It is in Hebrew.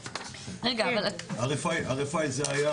RFI זה היה